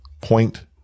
point